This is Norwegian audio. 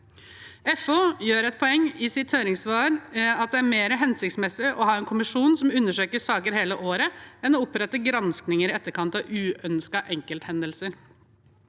FO gjør i sitt høringssvar et poeng av at det er mer hensiktsmessig å ha en kommisjon som undersøker saker hele året, enn å opprette granskninger i etterkant av uønskede enkelthendelser.